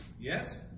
Yes